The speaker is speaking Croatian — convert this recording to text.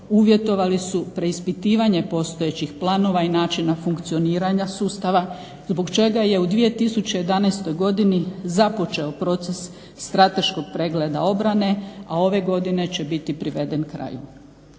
uvjetovali su preispitivanje postojećih planova i načina funkcioniranja sustava zbog čega je u 2011. godini započeo proces strateškog pregleda obrane, a ove godine će biti priveden kraju.